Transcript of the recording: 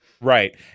right